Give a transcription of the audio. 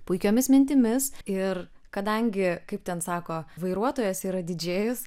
puikiomis mintimis ir kadangi kaip ten sako vairuotojas yra didžėjus